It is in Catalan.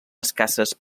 escasses